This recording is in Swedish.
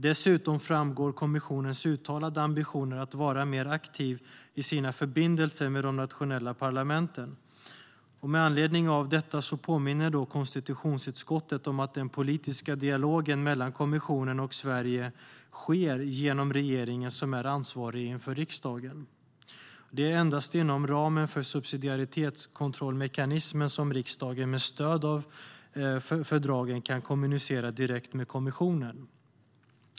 Dessutom framgår kommissionens uttalade ambitioner att vara mer aktiv i sina förbindelser med de nationella parlamenten. Med anledning av detta påminner konstitutionsutskottet om att den politiska dialogen mellan kommissionen och Sverige sker genom regeringen, som är ansvarig inför riksdagen. Det är endast inom ramen för subsidiaritetskontrollmekanismen som riksdagen med stöd av fördragen kan kommunicera direkt med kommissionen.